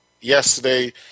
yesterday